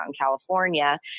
california